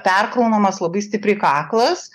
perkraunamas labai stipriai kaklas